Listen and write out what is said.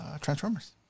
Transformers